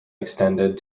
extended